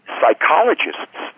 psychologists